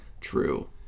True